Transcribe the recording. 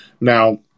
Now